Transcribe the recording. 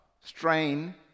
strain